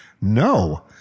No